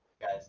guys